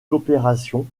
coopération